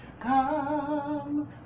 Come